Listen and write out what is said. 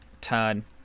Turn